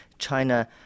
China